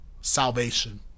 salvation